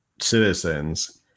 citizens